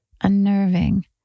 unnerving